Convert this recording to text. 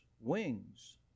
wings